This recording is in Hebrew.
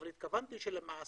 אבל התכוונתי שלמעשה,